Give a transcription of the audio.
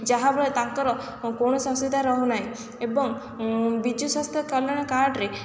ଯାହାଫଳରେ ତାଙ୍କର କୌଣସି ଅସୁବିଧା ରହନାହିଁ ଏବଂ ବିଜୁ ସ୍ୱାସ୍ଥ୍ୟ କଲ୍ୟାଣ କାର୍ଡରେ